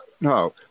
no